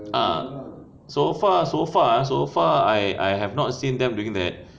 ah so far so far ah so far I I have not seen them doing that